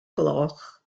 gloch